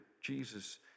Jesus